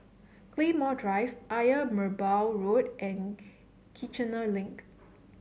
Claymore Drive Ayer Merbau Road and Kiichener Link